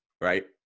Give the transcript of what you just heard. right